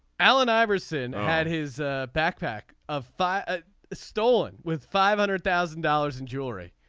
allen iverson had his backpack of fire stolen with five hundred thousand dollars in jewelry.